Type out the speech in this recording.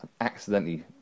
accidentally